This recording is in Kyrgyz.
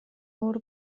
оор